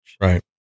right